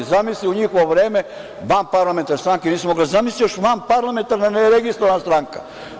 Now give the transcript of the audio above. Zamisli u njihovo vreme vanparlamentarne stranke nisu mogle, zamisli još vanparlamentarne neregistrovana stranka.